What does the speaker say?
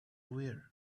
wear